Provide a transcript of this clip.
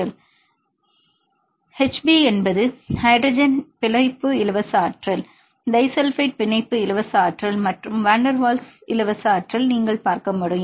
மாணவர் மற்றும் hb என்பது ஹைட்ரஜன் பிணைப்பு இலவச ஆற்றல் டைஸல்பைடு பிணைப்பு இலவச ஆற்றல் மற்றும் வான் டெர் வால்ஸ் இலவச ஆற்றல் நீங்கள் பார்க்க முடியும்